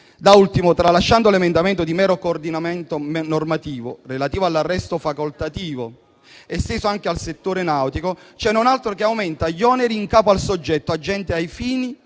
Da ultimo, tralasciando l'emendamento di mero coordinamento normativo, relativo all'arresto facoltativo, esteso anche al settore nautico, ce n'è un altro che aumenta gli oneri in capo al soggetto agente ai fini